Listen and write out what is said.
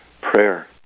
Prayer